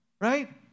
Right